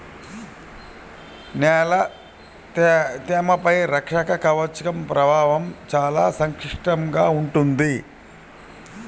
నేల తేమపై రక్షక కవచం ప్రభావం చాలా సంక్లిష్టంగా ఉంటుంది